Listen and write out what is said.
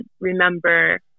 remember